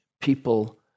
people